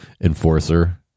enforcer